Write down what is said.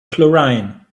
chlorine